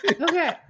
okay